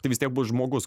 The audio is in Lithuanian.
tai vis tiek bus žmogus